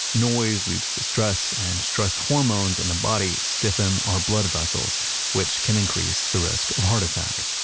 noise leads to stress and stress hormones in the body stiffen our blood vessels which can increase the risk of heart attack